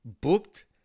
booked